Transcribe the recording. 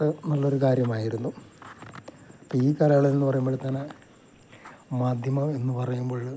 അപ്പം നല്ല ഒരു കാര്യമായിരുന്നു ഈ കാലങ്ങളിൽ നിന്ന് പറയുമ്പോഴത്തേക്ക് മാധ്യമം എന്ന് പറയുമ്പോൾ